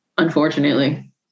Unfortunately